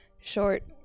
short